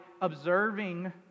observing